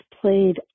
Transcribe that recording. played